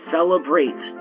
celebrates